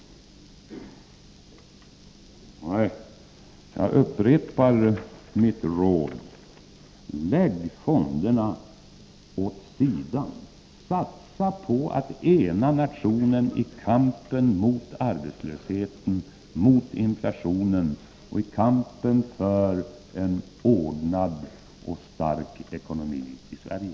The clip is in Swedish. Nej, jag upprepar mitt råd: Lägg fonderna åt sidan, satsa på att ena nationen i kampen mot arbetslösheten, mot inflationen och i kampen för en ordnad och stark ekonomi i Sverige!